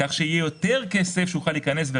זה יותר טוב מתקנות.